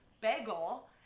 Bagel